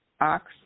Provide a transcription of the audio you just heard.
Ox